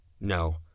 No